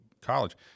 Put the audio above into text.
college